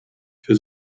für